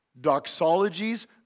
Doxologies